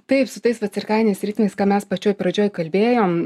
taip su tais va cirkadiniais ritmais ką mes pačioj pradžioj kalbėjom